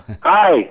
Hi